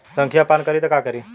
संखिया पान करी त का करी?